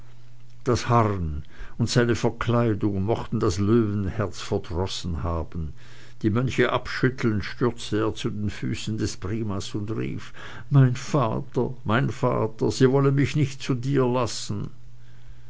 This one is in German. das harren und seine verkleidung mochten das löwenherz verdrossen haben die mönche abschüttelnd stürzte er zu den füßen des primas und rief mein vater mein vater sie wollen mich nicht zu dir lassen